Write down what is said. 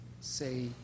say